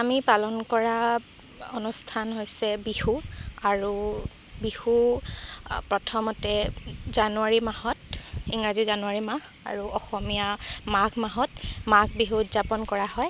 আমি পালন কৰা অনুষ্ঠান হৈছে বিহু আৰু বিহু প্ৰথমতে জানুৱাৰী মাহত ইংৰাজী জানুৱাৰী মাহ আৰু অসমীয়া মাঘ মাহত মাঘ বিহু উদযাপন কৰা হয়